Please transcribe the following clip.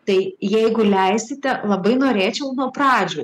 tai jeigu leisite labai norėčiau nuo pradžių